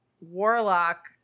Warlock